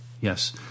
yes